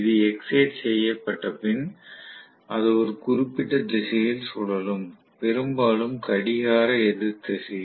இது எக்ஸைட் செய்யப்பட பின் அது ஒரு குறிப்பிட்ட திசையில் சுழலும் பெரும்பாலும் கடிகார எதிர் திசையில்